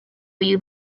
you